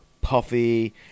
puffy